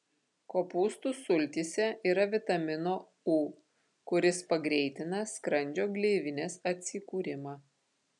kopūstų sultyse yra vitamino u kuris pagreitina skrandžio gleivinės atsikūrimą